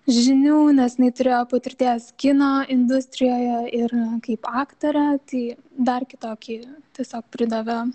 žinių nes jinai turėjo patirties kino industrijoje ir kaip aktorė tai dar kitokį tiesiog pridavė